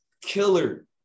killer